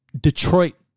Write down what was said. Detroit